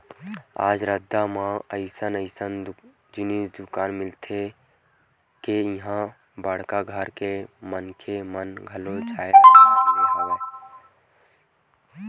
आज रद्दा के दुकान म अइसन अइसन जिनिस मिलथे के इहां बड़का घर के मनखे मन घलो जाए ल धर ले हे